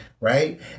right